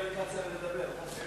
כשאמרת,